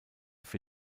für